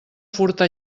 furta